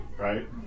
Right